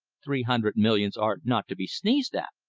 three hundred millions are not to be sneezed at,